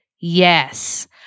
Yes